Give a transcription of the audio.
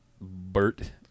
Bert